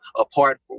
apart